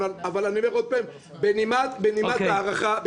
ואני אומר בנימת הערכה.